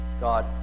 God